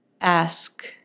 Ask